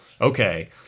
okay